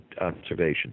observation